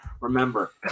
remember